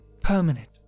permanent